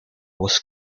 was